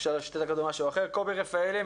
קובי רפאלי,